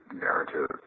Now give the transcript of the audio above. narrative